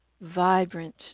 vibrant